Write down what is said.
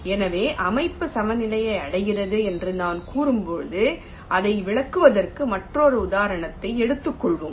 எனவே அமைப்பு சமநிலையை அடைகிறது என்று நான் கூறும்போது இதை விளக்குவதற்கு மற்றொரு உதாரணத்தை எடுத்துக்கொள்வோம்